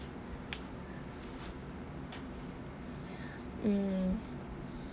mm